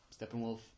Steppenwolf